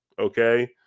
okay